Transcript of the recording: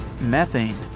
methane